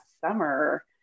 summer